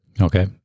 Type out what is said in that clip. Okay